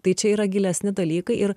tai čia yra gilesni dalykai ir